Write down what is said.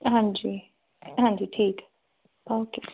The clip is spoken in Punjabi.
ਹਾਂਜੀ ਹਾਂਜੀ ਠੀਕ ਆ ਓਕੇ